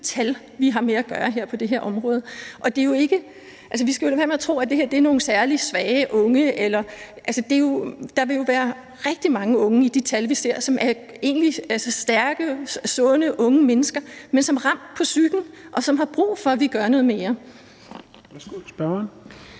tal, vi har med at gøre på det her område. Vi skal jo lade være med at tro, at det her er nogle særlig svage unge, for der vil jo være rigtig mange unge i de tal, vi ser, som egentlig er stærke, sunde unge mennesker, men som er ramt på psyken og har brug for, at vi gør noget mere. Kl. 21:04 Fjerde